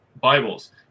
Bibles